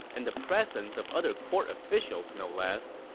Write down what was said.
and the presence of other court officials no less.